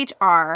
HR